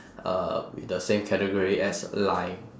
uh with the same category as lying